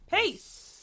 Peace